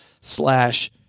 slash